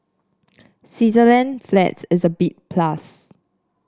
Switzerland flags is a big plus